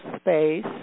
space